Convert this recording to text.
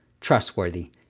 trustworthy